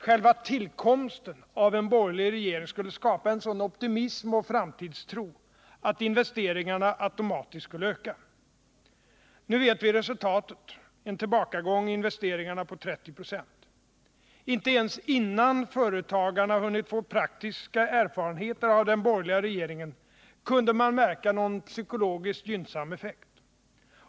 Själva tillkomsten av en borgerlig regering skulle skapa en sådan optimism och framtidstro att investeringarna automatiskt skulle öka. Nu vet vi resultatet: en tillbakagång i investeringarna på 30 96. Inte ens innan företagarna hunnit få praktiska erfarenheter av den borgerliga regeringen kunde man märka någon psykologiskt gynnsam effekt.